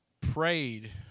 prayed